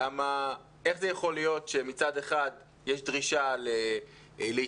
איך זה יכול להיות שמצד אחד יש דרישה להתייעלות,